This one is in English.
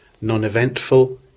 non-eventful